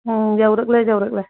ꯎꯝ ꯌꯧꯔꯛꯂꯦ ꯌꯧꯔꯛꯂꯦ